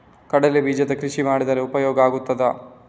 ಕಡ್ಲೆ ಬೀಜದ ಕೃಷಿ ಮಾಡಿದರೆ ಉಪಯೋಗ ಆಗುತ್ತದಾ?